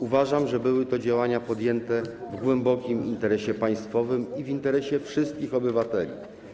Uważam, że były to działania podjęte w interesie państwowym, w interesie wszystkich obywateli.